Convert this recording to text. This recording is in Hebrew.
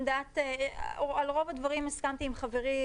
על רוב הדברים הסכמתי עם חברי,